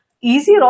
easier